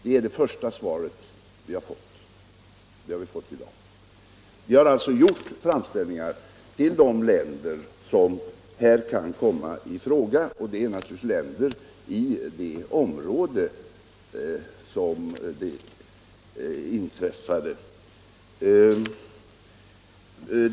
Det är det första svar vi fått och det har kommit i dag. Vi har alltså gjort framställningar till länder som här kan komma i fråga. Det är naturligtvis länder i det område där incidenten inträffade.